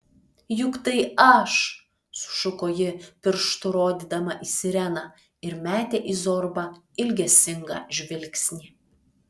juk tai aš sušuko ji pirštu rodydama į sireną ir metė į zorbą ilgesingą žvilgsnį